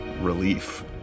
relief